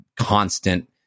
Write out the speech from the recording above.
constant